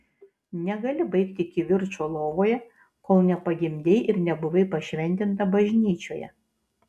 negali baigti kivirčo lovoje kol nepagimdei ir nebuvai pašventinta bažnyčioje